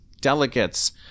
delegates